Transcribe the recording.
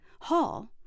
Hall